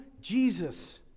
Jesus